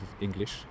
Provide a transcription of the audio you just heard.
English